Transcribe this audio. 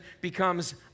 becomes